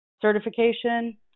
certification